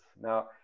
now